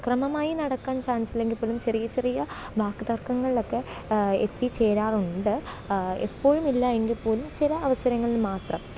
അക്രമമായി നടക്കാന് ചാന്സില്ലെങ്കിൽ പോലും ചെറിയ ചെറിയ വാക്ക്തങ്ങൾളക്കെ എത്തിച്ചേരാറുണ്ട് എപ്പോഴുമില്ല എങ്കില്പ്പോലും ചില അവസരങ്ങളില് മാത്രം